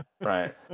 Right